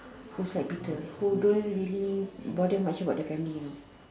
whose like Peter who don't really bother much about the family you know